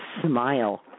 smile